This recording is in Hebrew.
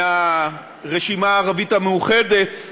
מהרשימה הערבית המאוחדת,